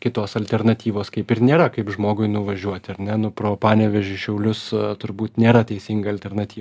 kitos alternatyvos kaip ir nėra kaip žmogui nuvažiuoti ar ne pro panevėžį šiaulius turbūt nėra teisinga alternaty